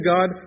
God